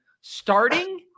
starting